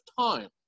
time